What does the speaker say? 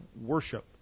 worship